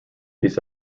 these